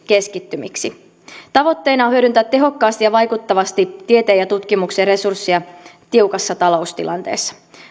keskittymiksi tavoitteena on hyödyntää tehokkaasti ja vaikuttavasti tieteen ja tutkimuksen resursseja tiukassa taloustilanteessa